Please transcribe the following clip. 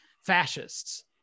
fascists